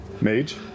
Mage